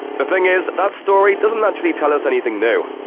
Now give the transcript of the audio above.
the thing is, that story doesn't actually tell us anything new.